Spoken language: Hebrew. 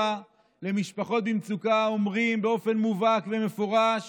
למשפחות במצוקה אומרים באופן מובהק ומפורש